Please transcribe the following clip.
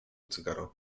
cygaro